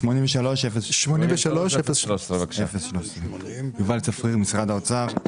מספר 83-013. (היו"ר ולדימיר בליאק) משרד האוצר.